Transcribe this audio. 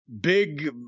big